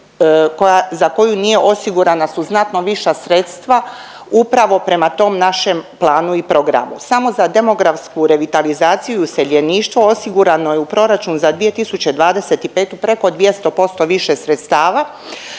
za koju nije, osigurana su znatno viša sredstva upravo prema tom našem planu i programu. Samo za demografsku revitalizaciju i useljeništvo osigurano je u proračun za 2025. preko 200% više sredstava.